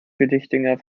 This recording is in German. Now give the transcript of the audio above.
billigdinger